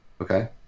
okay